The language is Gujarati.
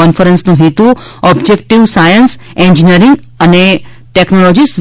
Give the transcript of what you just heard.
કોન્ફરન્સનો હેતુ objective science engineering and technologies